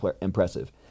impressive